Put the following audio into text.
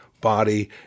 body